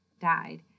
died